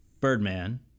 Birdman